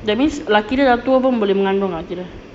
that's mean laki dia dah tua pun boleh mengandung ah kira